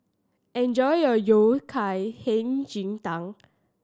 enjoy your Yao Cai Hei Ji Tang